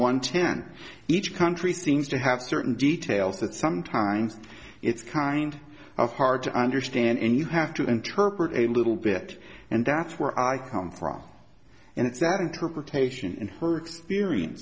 one ten each country seems to have certain details that sometimes it's kind of hard to understand and you have to interpret a little bit and that's where i come from and it's that interpretation and her experience